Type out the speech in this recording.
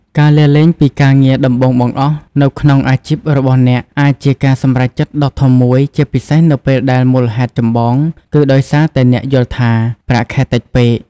ការលាលែងពីការងារដំបូងបង្អស់នៅក្នុងអាជីពរបស់អ្នកអាចជាការសម្រេចចិត្តដ៏ធំមួយ ជាពិសេសនៅពេលដែលមូលហេតុចម្បងគឺដោយសារតែអ្នកយល់ថា ប្រាក់ខែតិចពេក។